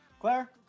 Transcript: Claire